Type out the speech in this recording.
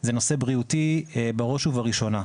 זה נושא בריאותי בראש ובראשונה.